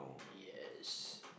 yes